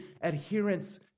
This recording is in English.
adherence